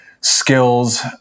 skills